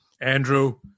Andrew